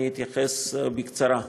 אני אתייחס בקצרה.